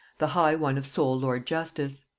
the high one of sole lord-justice.